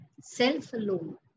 self-alone